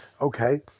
Okay